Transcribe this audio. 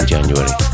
January